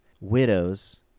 widows